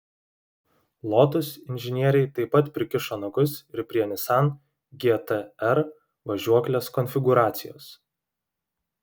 lotus inžinieriai taip pat prikišo nagus ir prie nissan gt r važiuoklės konfigūracijos